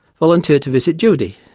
volunteered to visit judy.